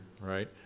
right